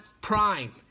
prime